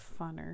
Funner